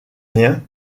rien